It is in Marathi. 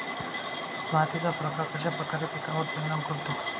मातीचा प्रकार कश्याप्रकारे पिकांवर परिणाम करतो?